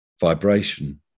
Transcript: vibration